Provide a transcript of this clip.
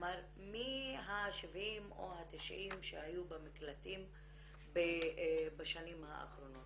כלומר מי ה-70 או ה-90 שהיו במקלטים בשנים האחרונות.